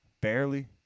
Barely